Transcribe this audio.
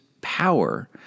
power